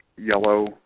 Yellow